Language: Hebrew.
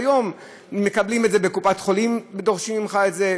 היום בקופת-חולים דורשים ממך את זה,